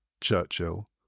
Churchill